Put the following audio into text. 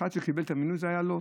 והאחד שקיבל את המינוי זה היה לוט,